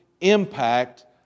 impact